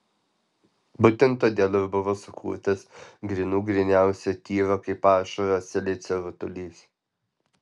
būtent todėl ir buvo sukurtas grynų gryniausio tyro kaip ašara silicio rutulys